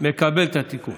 מקבל את התיקון.